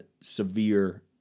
severe